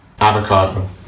avocado